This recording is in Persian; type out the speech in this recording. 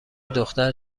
دختر